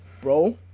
Bro